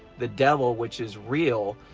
the devil, which is real,